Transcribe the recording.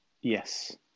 yes